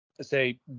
say